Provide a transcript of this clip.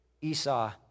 Esau